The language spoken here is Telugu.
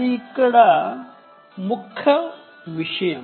అది ఇక్కడ ముఖ్య విషయం